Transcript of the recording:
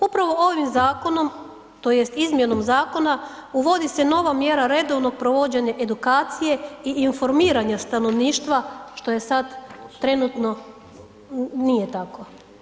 Upravo ovim zakonom tj. izmjenom zakona uvodi se nova mjera redovnog provođenja edukacije i informiranja stanovništva što je sad trenutno nije tako.